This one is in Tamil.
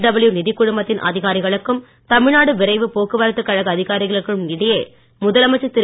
டபிள்யு நிதிக் குழுமத்தின் அதிகாரிகளுக்கும் தமிழ்நாடு விரைவுப் போக்குவரத்துக் கழக அதிகாரிகளுக்கும் இடையே முதலமைச்சர் திரு